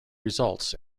results